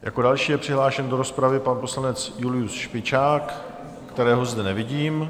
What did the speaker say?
Jako další je přihlášen do rozpravy pan poslanec Julius Špičák, kterého zde nevidím.